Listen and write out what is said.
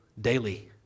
Daily